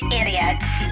idiots